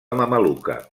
mameluca